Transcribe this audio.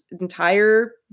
entire